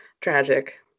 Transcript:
Tragic